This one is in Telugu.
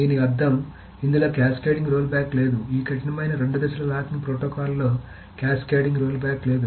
దీని అర్థం ఇందులో క్యాస్కేడింగ్ రోల్బ్యాక్ లేదు ఈ కఠినమైన రెండు దశల లాకింగ్ ప్రోటోకాల్లో క్యాస్కేడింగ్ రోల్బ్యాక్ లేదు